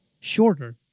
shorter